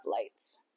lights